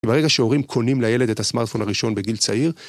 ברגע שההורים קונים לילד את הסמארטפון הראשון בגיל צעיר